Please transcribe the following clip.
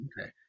Okay